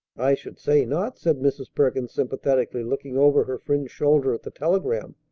i should say not! said mrs. perkins sympathetically, looking over her friend's shoulder at the telegram.